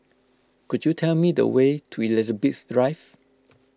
could you tell me the way to Elizabeth Drive